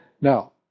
Now